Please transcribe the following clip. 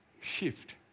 Shift